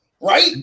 Right